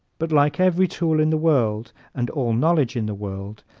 but like every tool in the world and all knowledge in the world,